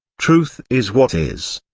truth is what is.